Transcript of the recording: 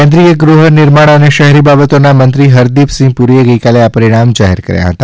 કેન્દ્રિય ગૃહનિર્માણ અને શહેરી બાબતોના મંત્રી હરદીપસિંહ પુરીએ ગઇકાલે આ પરિણામ જાહેર કર્યા હતા